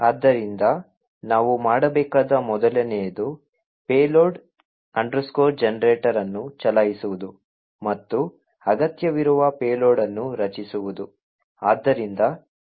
ಆದ್ದರಿಂದ ನಾವು ಮಾಡಬೇಕಾದ ಮೊದಲನೆಯದು payload generator ಅನ್ನು ಚಲಾಯಿಸುವುದು ಮತ್ತು ಅಗತ್ಯವಿರುವ ಪೇಲೋಡ್ ಅನ್ನು ರಚಿಸುವುದು